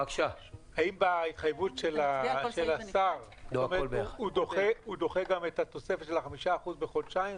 האם בהתחייבות של השר הוא דוחה גם את התוספת של ה-5% בחודשיים?